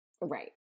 Right